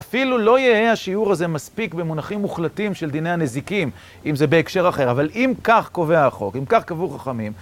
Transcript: אפילו לא יהיה השיעור הזה מספיק במונחים מוחלטים של דיני הנזיקים, אם זה בהקשר אחר, אבל אם כך קובע החוק, אם כך קבעו חכמים...